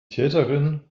täterin